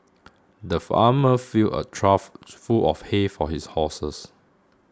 the farmer filled a trough full of hay for his horses